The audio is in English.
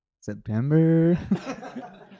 September